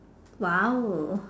!wow!